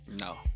No